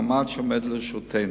מאמץ שעומד לרשותנו.